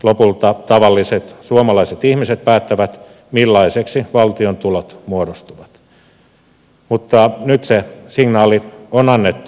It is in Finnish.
lopulta tavalliset suomalaiset ihmiset päättävät millaisiksi valtion tulot muodostuvat mutta nyt se signaali on annettu